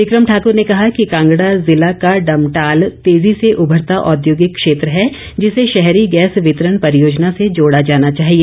विंक्रम ठाकूर ने कहा कि कांगड़ा जिला का डमटाल तेजी से उमरता औद्योगिक क्षेत्र है जिसे शहरी गैस वितरण परियोजना से जोड़ा जाना चाहिए